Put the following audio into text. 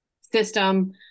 system